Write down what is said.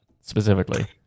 specifically